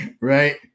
right